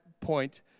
point